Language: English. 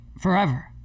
forever